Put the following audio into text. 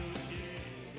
again